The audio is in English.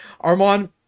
Armand